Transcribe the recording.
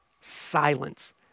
Silence